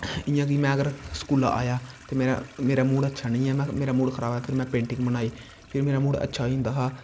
जियां कि में अगर स्कूला दा आया ते मेरा मूड़ अच्छा नी ऐ मेरा मूड़ खराब ऐ फिर में पेंटिंग बनाई फिर मेरा मूड़ अच्छा होई जंदा हा